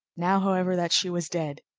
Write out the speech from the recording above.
now, however, that she was dead,